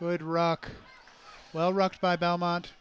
good rock well rocked by belmont